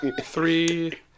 Three